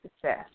success